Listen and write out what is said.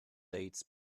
dates